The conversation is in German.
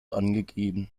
angegeben